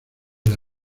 era